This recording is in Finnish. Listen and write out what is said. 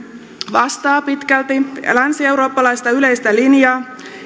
vastaa pitkälti länsieurooppalaista yleistä linjaa